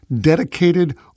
dedicated